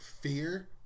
fear